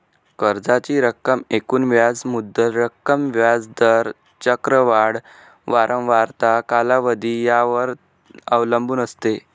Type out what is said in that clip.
कर्जाची रक्कम एकूण व्याज मुद्दल रक्कम, व्याज दर, चक्रवाढ वारंवारता, कालावधी यावर अवलंबून असते